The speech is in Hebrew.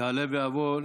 יעלה ויבוא,